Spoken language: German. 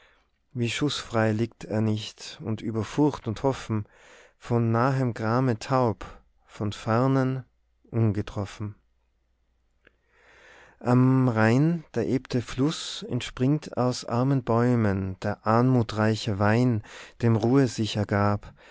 wie schussfrei liegt er nicht und über furcht und hoffen vor nahem grame taub von fernem ungetroffen am rhein der äbte fluß entspringt aus armen bäumen der anmutreiche wein dem ruhe sich ergab